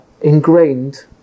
ingrained